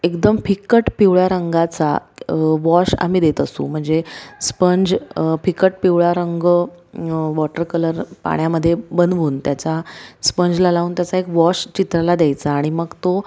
एकदम फिकट पिवळ्या रंगाचा वॉश आम्ही देत असू म्हणजे स्पंज फिकट पिवळ्या रंग वॉटर कलर पाण्यामध्ये बनवून त्याचा स्पंजला लावून त्याचा एक वॉश चित्राला द्यायचा आणि मग तो